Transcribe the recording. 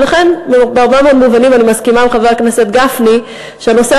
ולכן בהרבה מאוד מובנים אני מסכימה עם חבר הכנסת גפני שהנושא